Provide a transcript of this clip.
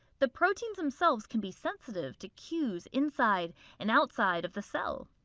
the proteins themselves can be sensitive to cues inside and outside of the cell.